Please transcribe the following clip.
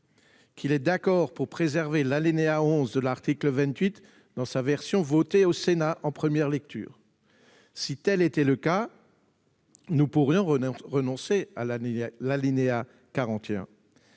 qu'il est d'accord pour préserver l'alinéa 11 de l'article 28 dans sa rédaction adoptée par le Sénat en première lecture ? Dans ce cas, nous pourrions renoncer à l'alinéa 41